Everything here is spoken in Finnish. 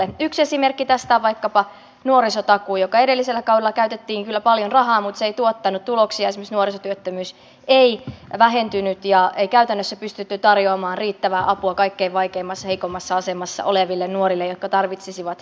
yksi esimerkki tästä on vaikkapa nuorisotakuu johon edellisellä kaudella käytettiin kyllä paljon rahaa mutta joka ei tuottanut tuloksia esimerkiksi nuorisotyöttömyys ei vähentynyt ja ei käytännössä pystytty tarjoamaan riittävää apua kaikkein vaikeimmassa heikoimmassa asemassa oleville nuorille jotka tarvitsisivat moniammatillista tukea